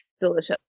delicious